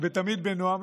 ותמיד בנועם.